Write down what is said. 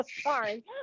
Sorry